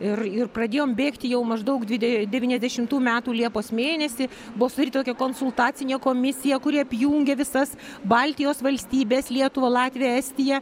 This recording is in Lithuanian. ir ir pradėjom bėgti jau maždaug dvide devyniasdešimtų metų liepos mėnesį buvo sudaryta tokia konsultacinė komisija kuri apjungė visas baltijos valstybes lietuvą latviją estiją